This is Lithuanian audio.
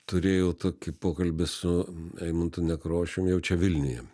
turėjau tokį pokalbį su eimuntu nekrošium jau čia vilniuje